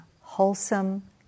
wholesome